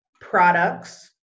products